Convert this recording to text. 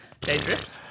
dangerous